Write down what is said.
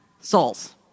souls